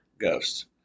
ghosts